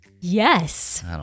Yes